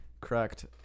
Correct